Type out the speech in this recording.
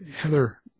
Heather